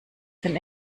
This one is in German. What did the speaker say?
den